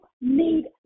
need